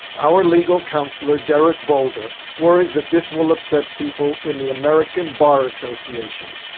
our legal counsellor, derrick bolder, worries that this will upset people in the american bar association,